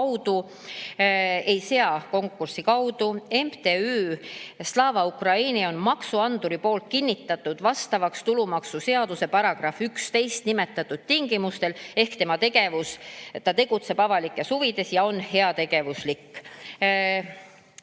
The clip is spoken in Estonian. seadusandja konkursi kaudu. MTÜ Slava Ukraini on maksuhalduri poolt kinnitatud vastavaks tulumaksuseaduse §-s 11 nimetatud tingimustel, ehk ta tegutseb avalikes huvides ja on heategevuslik."